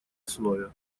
основе